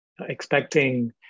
expecting